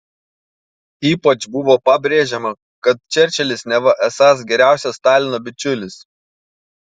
ypač buvo pabrėžiama kad čerčilis neva esąs geriausias stalino bičiulis